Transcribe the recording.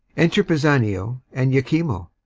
enter pisanio and iachimo